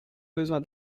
besoin